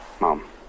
Mom